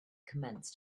commenced